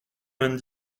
vingt